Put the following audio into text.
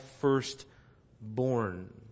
firstborn